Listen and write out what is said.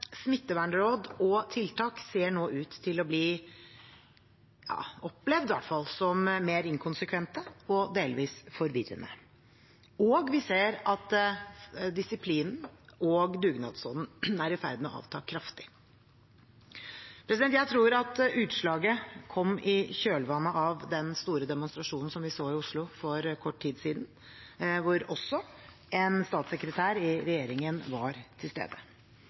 smittevernråd og tiltak ser nå ut til å bli, i hvert fall opplevd som, mer inkonsekvente og delvis forvirrende. Og vi ser at disiplinen og dugnadsånden er i ferd med å avta kraftig. Jeg tror at utslaget kom i kjølvannet av den store demonstrasjonen som vi så i Oslo for kort tid siden, hvor også en statssekretær i regjeringen var til stede.